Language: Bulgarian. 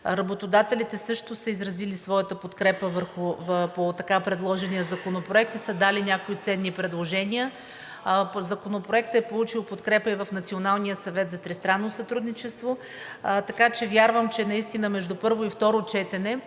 Работодателите също са изразили своята подкрепа по така предложения законопроект и са дали някои ценни предложения. Законопроектът е получил подкрепа и в Националния съвет за тристранно сътрудничество, така че вярвам, че наистина между първо и второ четене